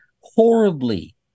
horribly